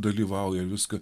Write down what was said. dalyvauja viską